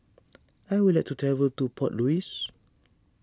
I would like to travel to Port Louis